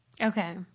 Okay